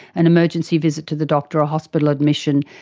an emergency visit to the doctor or hospital admission,